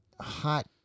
hot